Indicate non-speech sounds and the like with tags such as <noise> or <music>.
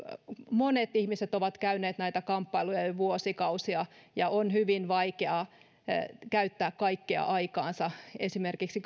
monet ihmiset ovat käyneet näitä kamppailuja jo vuosikausia ja on hyvin vaikeaa käyttää kaikkea aikaansa esimerkiksi <unintelligible>